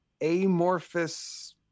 amorphous